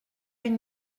une